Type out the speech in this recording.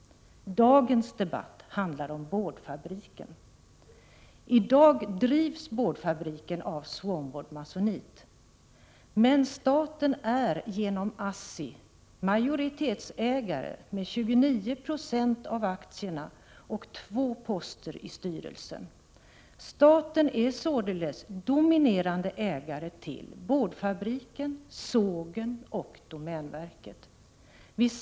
Dagens debatt handlar om boardfabriken. I dag drivs boardfabriken av Swanboard Masonite, men staten är genom ASSI majoritetsägare med 29 90 av aktierna och med två poster i styrelsen. Staten är således dominerande ägare till boardfabriken, sågen och domänverkets reparationsverkstad.